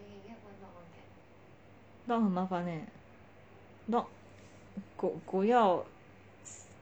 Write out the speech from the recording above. dog 很麻烦 leh dog 狗要